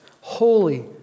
holy